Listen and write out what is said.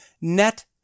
net